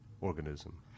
organism